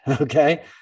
okay